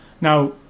Now